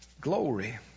Glory